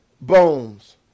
bones